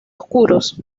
oscuros